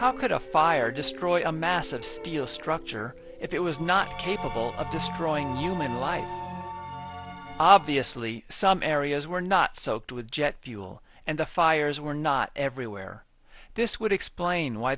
how could a fire destroy a massive steel structure if it was not capable of destroying human life obviously some areas were not soaked with jet fuel and the fires were not everywhere this would explain why